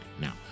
now